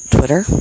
Twitter